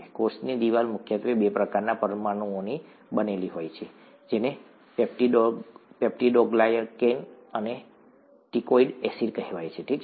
કોષની દીવાલ મુખ્યત્વે બે પ્રકારના પરમાણુઓથી બનેલી હોય છે જેને પેપ્ટીડોગ્લાયકેન અને ટીકોઈક એસિડ કહેવાય છે ઠીક છે